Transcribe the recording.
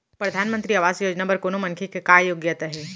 परधानमंतरी आवास योजना बर कोनो मनखे के का योग्यता हे?